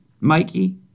Mikey